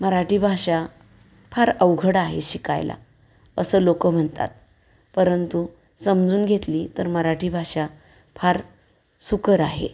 मराठी भाषा फार अवघड आहे शिकायला असं लोक म्हणतात परंतु समजून घेतली तर मराठी भाषा फार सुकर आहे